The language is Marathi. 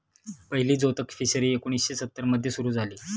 पहिली जोतक फिशरी एकोणीशे सत्तर मध्ये सुरू झाली